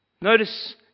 Notice